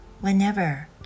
Whenever